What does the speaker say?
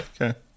okay